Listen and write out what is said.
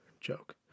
joke